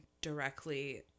directly